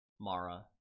Mara